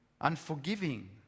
unforgiving